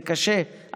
זה קשה,